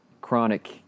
chronic